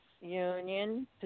Union